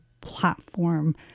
platform